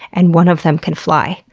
and one of them can fly.